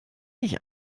ich